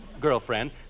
girlfriend